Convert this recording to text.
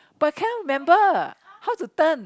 but cannot remember how to turn